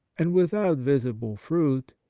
and without visible fruit,